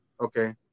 Okay